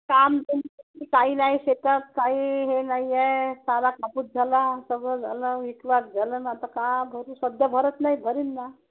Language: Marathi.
काम पण काही नाही शेतात काही हे नाही आहे साधा कापूस झाला सगळं झालं विकवाग झालं ना आता का भरू सध्या भरत नाही भरीन ना